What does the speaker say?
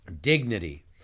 Dignity